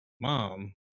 mom